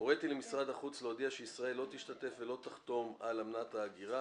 "הוריתי למשרד החוץ להודיע שישראל לא תשתתף ולא תחתום על אמנת ההגירה.